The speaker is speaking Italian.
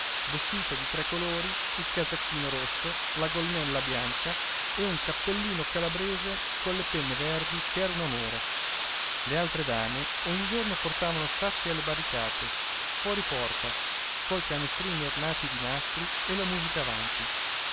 vestita di tre colori il casacchino rosso la gonnella bianca e un cappellino calabrese colle penne verdi ch'era un amore le altre dame ogni giorno portavano sassi alle barricate fuori porta coi canestrini ornati di nastri e la musica avanti